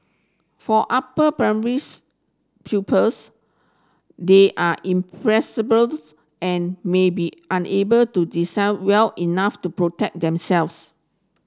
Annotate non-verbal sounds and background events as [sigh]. for upper primaries pupils they are [unintelligible] and may be unable to discern well enough to protect themselves